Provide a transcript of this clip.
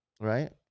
Right